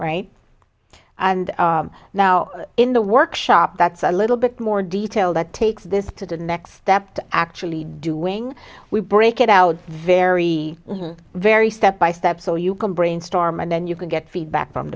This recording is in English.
right and now in the workshop that's a little bit more detail that takes this to the next step to actually doing we break it out very very step by step so you can brainstorm and then you can get feedback from